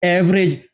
average